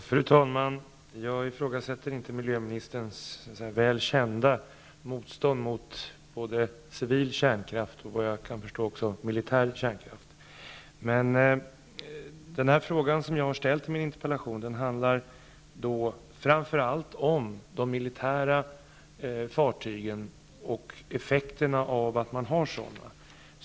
Fru talman! Jag ifrågasätter inte miljöministerns väl kända motstånd mot både civil kärnkraft och militär kärnkraft. Men den fråga som jag har ställt i min interpellation handlar framför allt om de militära fartygen och effekterna av att man har sådana.